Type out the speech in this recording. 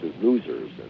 losers